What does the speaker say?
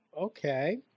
Okay